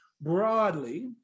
broadly